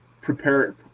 prepare